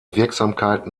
wirksamkeit